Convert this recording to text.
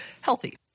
healthy